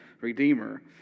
redeemer